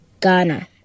Ghana